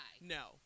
No